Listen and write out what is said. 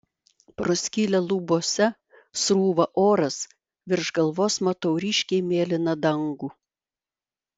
pro skylę lubose srūva oras virš galvos matau ryškiai mėlyną dangų